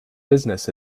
business